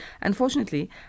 Unfortunately